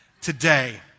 Today